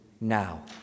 now